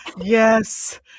yes